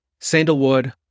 Sandalwood